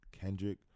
Kendrick